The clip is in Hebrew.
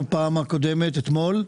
בפעם הקודמת טענו, אתמול,